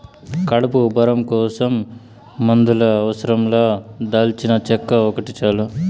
కడుపు ఉబ్బరం కోసం మందుల అవసరం లా దాల్చినచెక్క ఒకటి చాలు